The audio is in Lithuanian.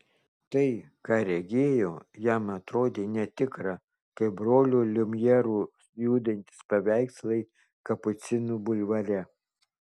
tai ką regėjo jam atrodė netikra kaip brolių liumjerų judantys paveikslai kapucinų bulvare